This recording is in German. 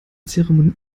zeremonie